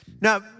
Now